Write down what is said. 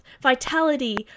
vitality